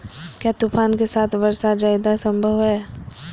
क्या तूफ़ान के साथ वर्षा जायदा संभव है?